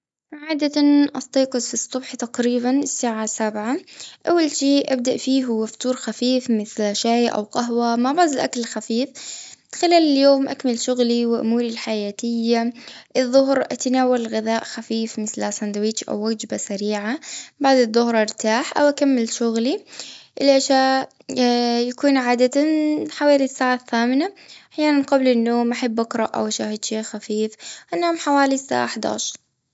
عادة أستيقظ في الصبح، تقريبا الساعه سبعة. أول شي أبدا فيه، هو فطور خفيف، مثل شاي أو قهوة، مع بعض الأكل الخفيف. خلال اليوم أكمل شغلي وأموري الحياتية. الظهر أتناول غذاء خفيف، مثل ساندويتش، أو وجبة سريعة. بعد الظهر ارتاح أو أكمل شغلي. العشاء يكون عادة حوالي الساعة الثامنة. أحياناً قبل النوم، أحب أقرأ، أو أشاهد شيء خفيف. أنام حوالي الساعة حداشر.